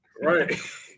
Right